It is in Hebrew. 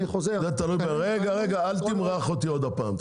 אני חוזר --- רגע, אל תמרח אותי עוד פעם.